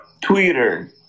Twitter